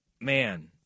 Man